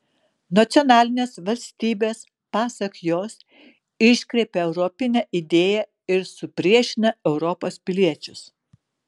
nacionalinės valstybės pasak jos iškreipia europinę idėją ir supriešina europos piliečius